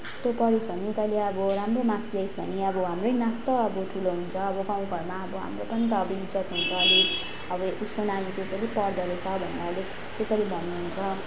तँ पढिस् भने तैँले अब राम्रो मार्क्स ल्याइस् भने अब हाम्रै नाक त अबो ठुलो हुन्छ अब गाउँ घरमा अब हाम्रो पनि त इज्जत हुन्छ अलिक अब उसको नानीले त यसरी पढ्दो रहेछ भन्ने अलिक यसरी भन्नुहुन्छ